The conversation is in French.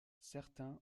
certains